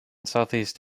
southeast